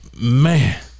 Man